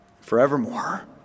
forevermore